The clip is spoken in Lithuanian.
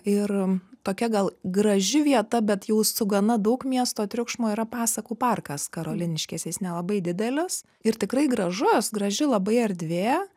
ir tokia gal graži vieta bet jau su gana daug miesto triukšmo yra pasakų parkas karoliniškėse nelabai didelis ir tikrai gražus graži labai erdvė